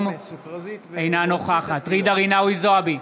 אינה נוכחת ג'ידא רינאוי זועבי,